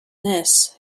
this